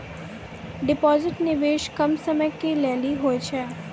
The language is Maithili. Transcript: डिपॉजिट निवेश कम समय के लेली होय छै?